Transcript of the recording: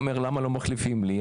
הוא אומר למה לא מחליפים לי,